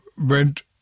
went